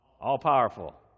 All-powerful